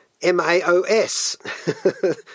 MAOS